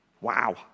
Wow